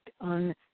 on